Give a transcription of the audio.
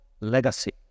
legacy